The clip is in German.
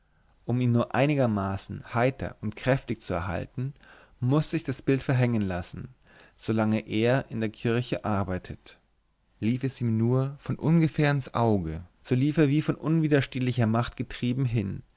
um ihn nur einigermaßen heiter und kräftig zu erhalten mußte ich das bild verhängen lassen solange er in der kirche arbeitet fiel es ihm nur von ungefähr ins auge so lief er wie von unwiderstehlicher macht getrieben hin